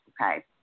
okay